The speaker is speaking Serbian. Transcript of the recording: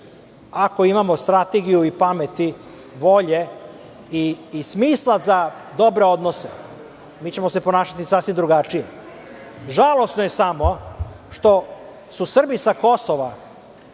imamo strategiju i pameti, volje i smisla za dobre odnose, mi ćemo se ponašati sasvim drugačije. Žalosno je samo što su Srbi sa Kosova